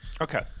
Okay